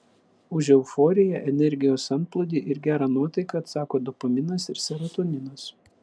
už euforiją energijos antplūdį ir gerą nuotaiką atsako dopaminas ir serotoninas